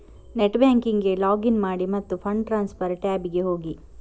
net ಬ್ಯಾಂಕಿಂಗಿಗೆ login ಮಾಡಿ ಮತ್ತು ಫಂಡ್ ಟ್ರಾನ್ಸ್ಫರ್ ಟ್ಯಾಬಿಗೆ ಹೋಗಿ